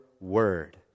word